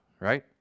right